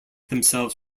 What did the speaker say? themselves